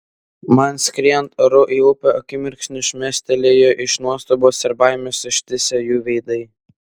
man skriejant oru į upę akimirksniui šmėstelėjo iš nuostabos ir baimės ištįsę jų veidai